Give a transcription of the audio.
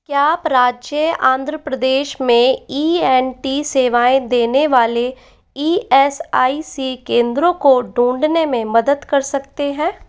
क्या आप राज्य आंध्र प्रदेश में ई एन टी सेवाएँ देने वाले ई एस आई सी केंद्रों को ढूँढने में मदद कर सकते हैं